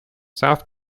south